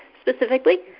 specifically